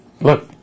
Look